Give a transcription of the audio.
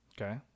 okay